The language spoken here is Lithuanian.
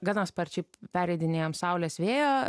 gana sparčiai pereidinėjom saulės vėjo